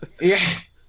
Yes